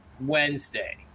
Wednesday